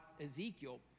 Ezekiel